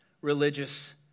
religious